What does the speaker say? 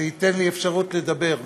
זה ייתן לי אפשרות לדבר,